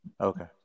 Okay